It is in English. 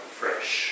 fresh